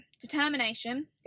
determination